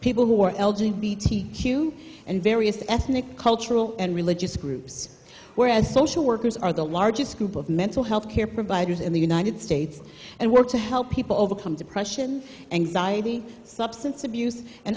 people who are l g b t q and various ethnic cultural and religious groups whereas social workers are the largest group of mental health care providers in the united states and work to help people overcome depression anxiety substance abuse and